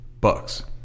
bucks